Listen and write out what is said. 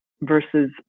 versus